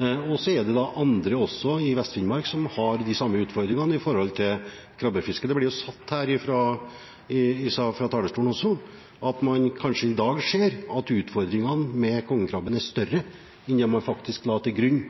Og så er det også andre i Vest-Finnmark som har de samme utfordringene med hensyn til krabbefisket. Det blir sagt her fra talerstolen også at man i dag ser at utfordringene med kongekrabben kanskje er større enn det man la til grunn